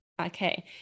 Okay